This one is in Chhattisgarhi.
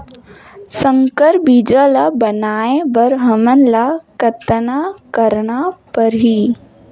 संकर बीजा ल बनाय बर हमन ल कतना करना परही?